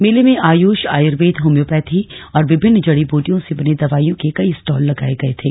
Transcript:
मेले में आयुष आयुर्वेद होम्योपैथी और विभिन्न जड़ीबूटियों से बनी दवाईयों के कई स्टॉल लगाए गए थे